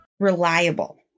reliable